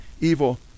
evil